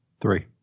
Three